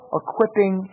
equipping